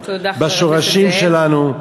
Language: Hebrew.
בשורשים שלנו,